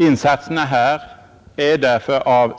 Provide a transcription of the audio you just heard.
Insatserna här är därför av